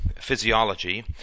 physiology